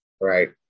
right